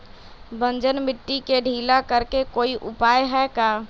बंजर मिट्टी के ढीला करेके कोई उपाय है का?